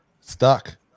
stuck